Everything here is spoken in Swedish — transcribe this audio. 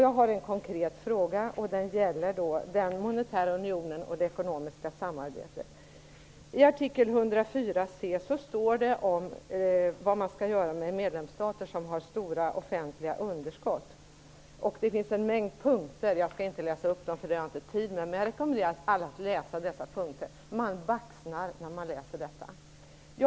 Jag har så en konkret fråga som gäller den monetära unionen och det ekonomiska samarbetet. I artikel 104 c. talas det om vad som skall göras med de medlemsstater som har stora offentliga underskott. Det finns en mängd punkter här. Jag skall inte läsa upp allt, därför att det inte finns tid för det. Men jag rekommenderar alla att läsa vad som står skrivet under dessa punkter. Man baxnar när man läser detta.